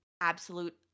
absolute